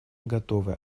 готовы